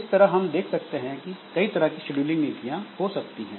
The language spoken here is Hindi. इस तरह हम देख सकते हैं कि कई तरह की शेड्यूलिंग नीतियां हो सकती है